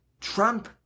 Trump